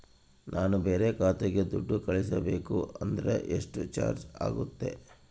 ನಾನು ಬೇರೆ ಖಾತೆಗೆ ದುಡ್ಡು ಕಳಿಸಬೇಕು ಅಂದ್ರ ಎಷ್ಟು ಚಾರ್ಜ್ ಆಗುತ್ತೆ?